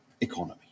economy